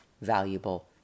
valuable